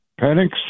Penix